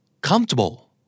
Comfortable